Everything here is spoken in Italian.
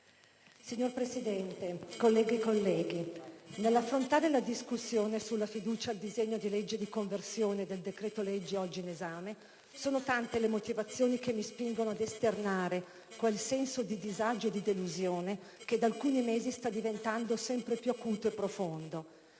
Signor Presidente, colleghe e colleghi, nell'affrontare la discussione sulla fiducia al disegno di legge di conversione del decreto-legge oggi in esame sono tante le motivazioni che mi spingono ad esternare quel senso di disagio e di delusione che da alcuni mesi sta diventando sempre più acuto e profondo.